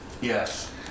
Yes